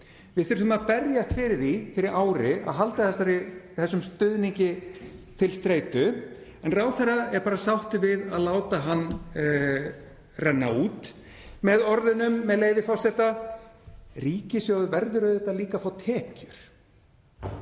Við þurftum að berjast fyrir því fyrir ári að halda þessum stuðningi til streitu en ráðherra er bara sáttur við að láta hann renna út — með orðunum, með leyfi forseta: „… ríkissjóður verður auðvitað líka að fá tekjur.“